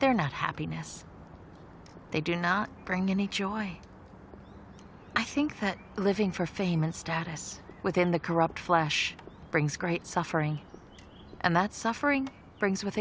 they're not happiness they do not bring any joy i think that living for fame and status within the corrupt flash brings great suffering and that suffering brings with